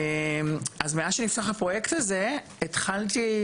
אז מאז שנפתח הפרויקט הזה התחלתי,